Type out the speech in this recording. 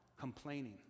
complaining